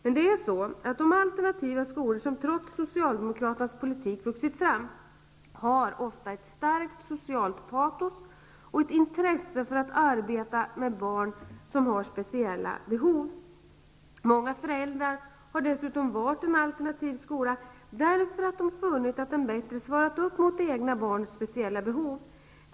Men det är så att de alternativa skolor som trots Socialdemokraternas politik vuxit fram ofta har ett starkt socialt patos och ett intresse för att arbeta med barn som har speciella behov. Många föräldrar har dessutom valt en alternativ skola därför att de funnit att den bättre svarat mot det egna barnets speciella behov.